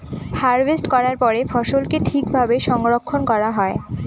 harvest করার পরে ফসলকে ঠিক ভাবে সংরক্ষন করা হয়